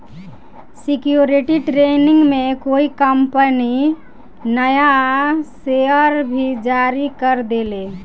security training में कोई company नया शेयर भी जारी कर देले